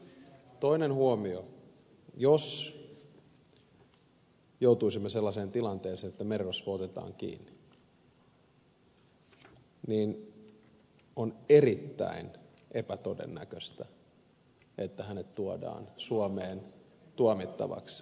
jos joutuisimme sellaiseen tilanteeseen että merirosvo otetaan kiinni niin on erittäin epätodennäköistä että hänet tuodaan suomeen tuomittavaksi